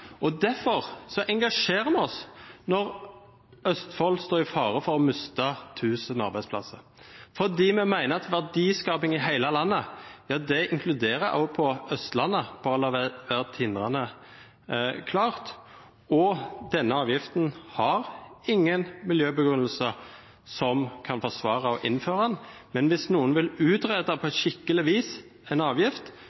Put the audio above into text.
landet. Derfor engasjerer vi oss når Østfold står i fare for å miste 1 000 arbeidsplasser, fordi vi mener at verdiskaping i hele landet inkluderer også Østlandet – la det være tindrende klart – og denne avgiften har ingen miljøbegrunnelse som kan forsvare å innføre den. Men hvis noen vil utrede – på skikkelig vis – en avgift,